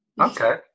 Okay